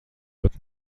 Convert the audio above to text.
pat